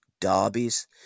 derbies